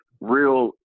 real